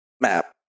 map